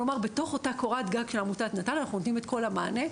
כלומר בתוך אותה קורת גג של עמותת נט"ל אנחנו נותנים את כל המענה.